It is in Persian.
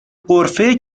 غرفه